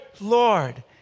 Lord